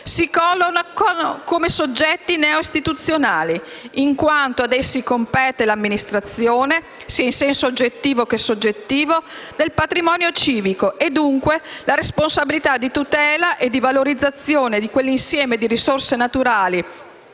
si collocano come soggetti neoistituzionali, in quanto a essi compete l'amministrazione, in senso sia oggettivo che soggettivo, del patrimonio civico e, dunque, la responsabilità di tutela e valorizzazione di quell'insieme di risorse naturali